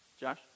Josh